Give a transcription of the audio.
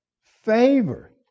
favor